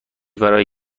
برای